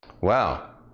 Wow